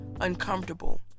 uncomfortable